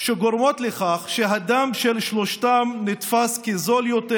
שגורמות לכך שהדם של שלושתם נתפס כזול יותר,